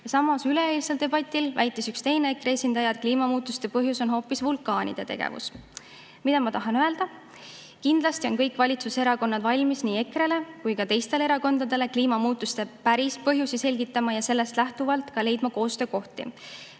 Samas, üleeilsel debatil väitis üks teine EKRE esindaja, et kliimamuutuste põhjus on hoopis vulkaanide tegevus. Mida ma tahan öelda? Kindlasti on kõik valitsuserakonnad valmis nii EKRE-le kui ka teistele erakondadele kliimamuutuste päris põhjusi selgitama ja sellest lähtuvalt ka leidma koostöökohti,